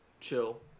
Chill